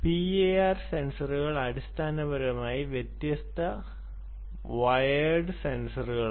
PIR സെൻസറുകൾ അടിസ്ഥാനപരമായി വ്യത്യസ്ത വയർഡ് സെൻസറുകളാണ്